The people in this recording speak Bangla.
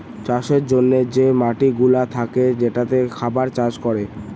চাষের জন্যে যে মাটিগুলা থাকে যেটাতে খাবার চাষ করে